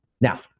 Now